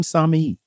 Sami